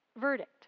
verdict